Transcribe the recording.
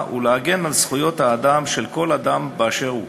ולהגן על זכויות האדם של כל אדם באשר הוא.